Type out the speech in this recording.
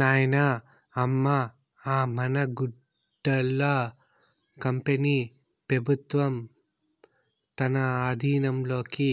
నాయనా, అమ్మ అ మన గుడ్డల కంపెనీ పెబుత్వం తన ఆధీనంలోకి